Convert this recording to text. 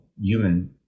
human